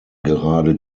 gerade